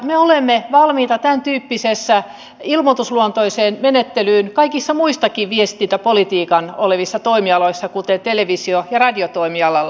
me olemme valmiita tämäntyyppiseen ilmoitusluontoiseen menettelyyn kaikilla muillakin viestintäpolitiikan toimialoilla kuten televisio ja radiotoimialalla